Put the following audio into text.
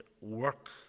work